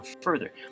further